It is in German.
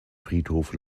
friedhof